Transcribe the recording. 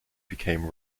became